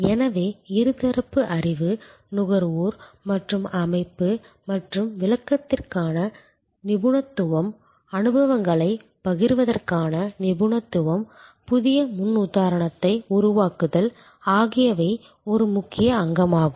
எனவே இருதரப்பு அறிவு நுகர்வோர் மற்றும் அமைப்பு மற்றும் விளக்கத்திற்கான நிபுணத்துவம் அனுபவங்களைப் பகிர்வதற்கான நிபுணத்துவம் புதிய முன்னுதாரணத்தை உருவாக்குதல் ஆகியவை ஒரு முக்கிய அங்கமாகும்